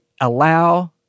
allow